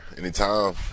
Anytime